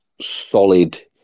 solid